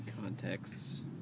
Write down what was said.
context